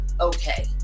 okay